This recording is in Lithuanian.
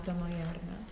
utenoje ar ne